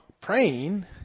praying